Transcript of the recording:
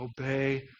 obey